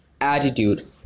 attitude